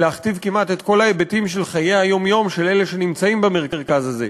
להכתיב כמעט את כל ההיבטים של חיי היום-יום של אלה שנמצאים במרכז הזה,